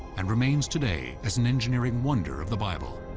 and remains today as an engineering wonder of the bible.